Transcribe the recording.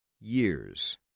years